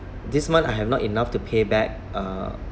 this month I have not enough to pay back uh